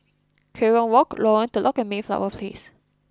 Kerong Walk Lorong Telok and Mayflower Place